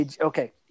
Okay